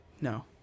No